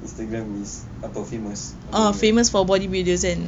instagram is apa famous